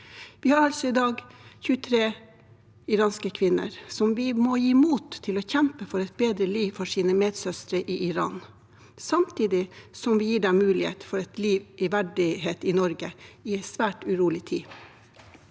Vi har altså i dag 23 iranske kvinner som vi må gi mot til å kjempe for et bedre liv for sine medsøstre i Iran, samtidig som vi gir dem mulighet for et liv i verdighet i Norge i en svært urolig tid.